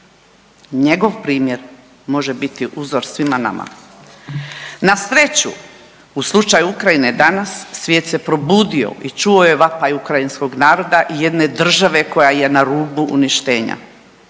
Njegov primjer može biti uzor svima nama. Na sreću u slučaju Ukrajine danas svijest se probudio i čuo je vapaj ukrajinskog naroda i jedne države koja je na rubu uništenja.